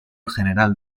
general